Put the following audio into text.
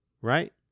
Right